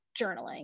journaling